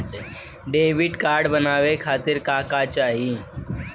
Debit card बनवावे खातिर का का चाही?